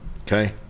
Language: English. okay